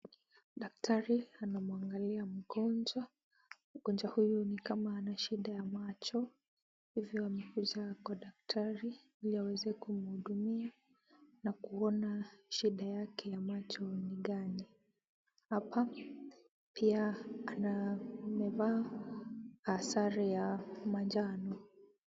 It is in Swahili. Daktari anamwangalia mgonjwa. Mgonjwa huyu ni kama anashida ya macho, hivyo amekuja kwa daktari ili aweze kumhudumia na kuona shida yake ya macho ni gani. Hapa pia amevaa sare ya manjano.